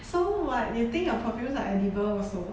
so what you think your perfumes are edible also